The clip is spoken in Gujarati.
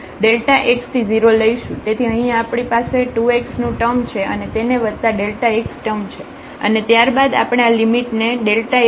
તેથી અહીં આપણી પાસે 2 x નું ટર્મ છે અને તેને વત્તા x ટર્મ છે અને ત્યારબાદ આપણે આ લિમિટ ને x→0 તરીકે લઈશું